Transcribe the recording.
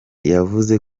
yavuze